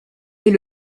est